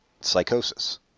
psychosis